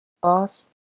boss